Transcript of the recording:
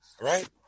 Right